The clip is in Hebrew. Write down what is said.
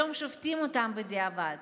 היום שופטים אותם בדיעבד.